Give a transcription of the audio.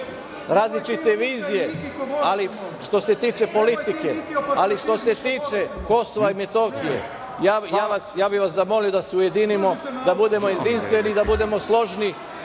različite vizije, ali što se tiče politike, što se tiče Kosova i Metohije, ja bih vas zamolio da se ujedinimo, da budemo jedinstveni, da budemo složni